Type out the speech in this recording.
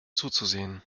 zuzusehen